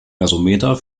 gasometer